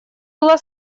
было